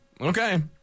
Okay